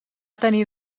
tenir